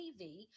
TV